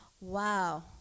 wow